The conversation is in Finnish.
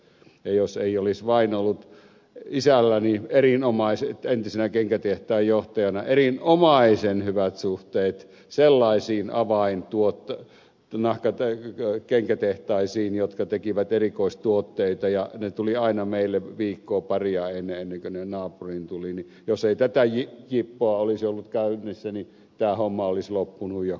ja jos ei olisi vain ollut isälläni entisenä kenkätehtaan johtajana erinomaisen hyvät suhteet sellaisiin kenkätehtaisiin jotka tekivät erikoistuotteita ja ne tulivat aina meille viikkoa paria ennen kuin ne naapuriin tulivat jos ei tätä jippoa olisi ollut käytössä niin tämä homma olisi loppunut jo kesken kaiken